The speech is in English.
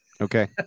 Okay